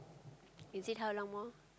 is it how long more